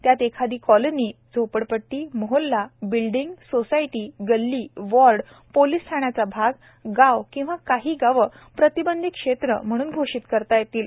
त्यात एखादी कॉलनी झोपडपट्टी मोहल्ला बिल्डींग सोसायटी गल्ली वॉर्ड पोलिस ठाण्याचा भाग गाव किंवा काही गावं प्रतिबंधित क्षेत्र म्हणून घोषित करता येतील